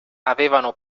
avevano